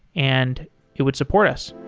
and it would support us.